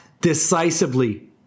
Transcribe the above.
decisively